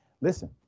Listen